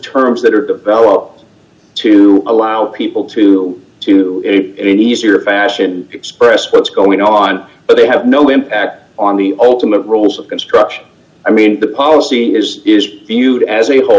terms that are developed to allow people to to in an easier fashion express what's going on but they have no impact on the ultimate rules of construction i mean the policy is is d viewed as a whole